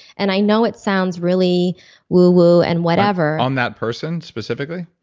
and i know it sounds really woo-woo and whatever on that person specifically?